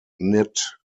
knit